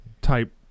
type